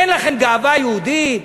אין לכם גאווה יהודית?